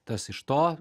tas iš to